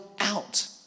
out